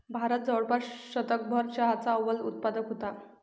भारत जवळपास शतकभर चहाचा अव्वल उत्पादक होता